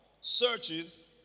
searches